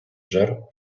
жар